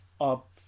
up